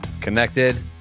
Connected